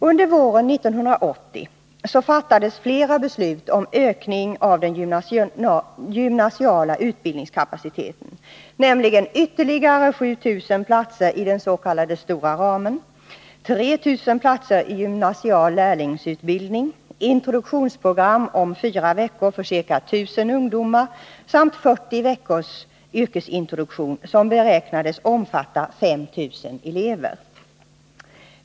Under våren 1980 fattades flera beslut om ökning av den gymnasiala utbildningskapaciteten, nämligen ytterligare 7 000 platser i den s.k. stora ramen, 3 000 platser i gymnasial lärlingsutbildning, introduktionsprogram om 4 veckor för ca 1 000 ungdomar samt 40 veckors yrkesintroduktion, som beräknades omfatta 5 000 elever.